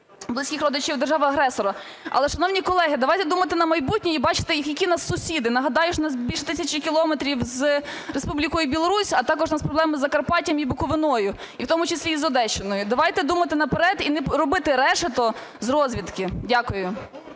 близьких родичів держави-агресора. Але, шановні колеги, давайте думати на майбутнє і бачити, які у нас сусіди. Нагадаю, у нас більше тисячі кілометрів з Республікою Білорусь, а також у нас проблеми з Закарпаттям і Буковиною, в тому числі з Одещиною. Давайте думати наперед і не робити решето з розвідки. Дякую.